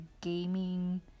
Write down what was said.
gaming